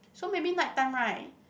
so maybe night time right